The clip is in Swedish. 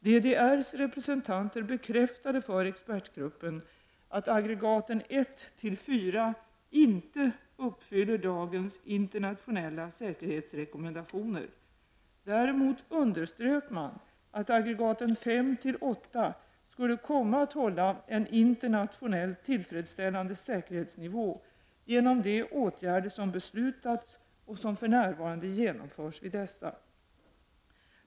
DDR:s representanter bekräftade för expertgruppen att aggregaten 1-4 inte uppfyller dagens internationella säkerhetsrekommendationer. Däremot underströk man att aggregaten 5-8 skulle komma att hålla en internationellt tillfredsställande säkerhetsnivå genom de åtgärder man beslutat om och som för närvarande genomförs vid dessa.